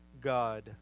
God